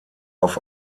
auf